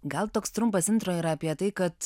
gal toks trumpas intro yra apie tai kad